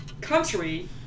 country